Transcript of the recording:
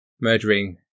murdering